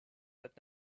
that